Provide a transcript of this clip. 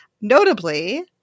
Notably